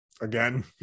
Again